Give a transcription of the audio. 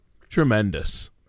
tremendous